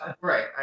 Right